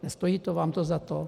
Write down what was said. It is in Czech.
Nestojí vám to za to?